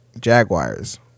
Jaguars